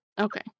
Okay